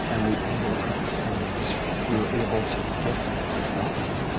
and we ended up with the same answer, we were able to get them to stop eating,